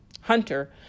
hunter